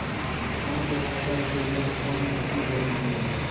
धान के फसल के लेल कौन मिट्टी जरूरी है?